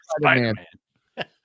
Spider-Man